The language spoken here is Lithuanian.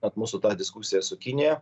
vat mūsų ta diskusija su kinija